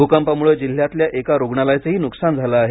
भूकंपामुळे जिल्ह्यातल्या एका रुग्णालयचंही नुकसान झालं आहे